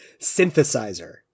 synthesizer